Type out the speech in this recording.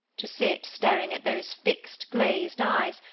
to sit, staring at those fixed glazed eyes,